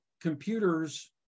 computers